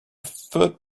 foot